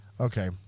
Okay